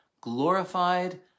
glorified